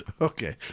Okay